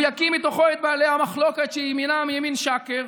הוא יקיא מתוכו את בעלי המחלוקת שימינם הוא ימין שקר,